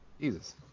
Jesus